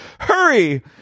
Hurry